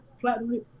platinum